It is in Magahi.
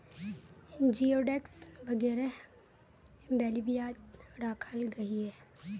जिओडेक्स वगैरह बेल्वियात राखाल गहिये